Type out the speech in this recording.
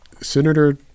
Senator